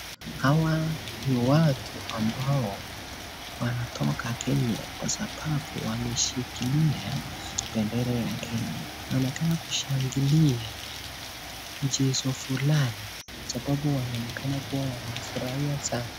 Hawa ni watu ambao wanatoka Kenya kwa sababu wameshikilia bendera ya Kenya , wanaonekana kushangilia mchezo fulani sababu wanaonekana kuwa wanafurahia sana.